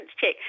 check